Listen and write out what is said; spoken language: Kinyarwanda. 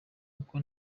uko